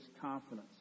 confidence